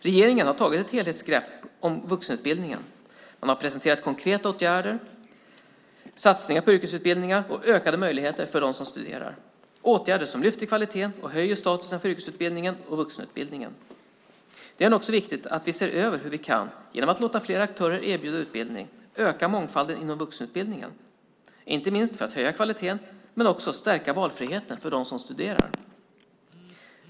Regeringen har tagit ett helhetsgrepp om vuxenutbildningen. Man har presenterat konkreta åtgärder, satsningar på yrkesutbildningar och ökade möjligheter för dem som studerar - åtgärder som lyfter kvaliteten och höjer statusen för yrkesutbildningen och vuxenutbildningen. Det är nu också viktigt att vi ser över hur vi, genom att låta fler aktörer erbjuda utbildning, kan öka mångfalden inom vuxenutbildningen, inte minst för att höja kvaliteten och stärka valfriheten för de studerande.